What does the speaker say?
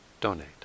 donate